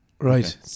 right